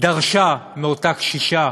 דרשה מאותה קשישה